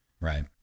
Right